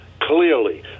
clearly